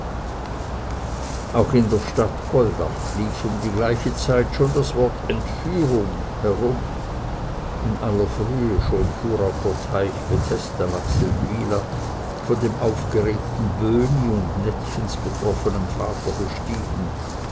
auch in der stadt goldach lief um die gleiche zeit schon das wort entführung herum in aller frühe schon fuhr auch der teich bethesda nach seldwyla von dem aufgeregten böhni und nettchens betroffenem vater bestiegen